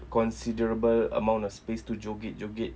considerable amount of space to joget-joget